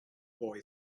boy